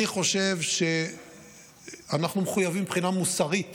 אני חושב שאנחנו מחויבים מבחינה מוסרית